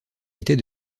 était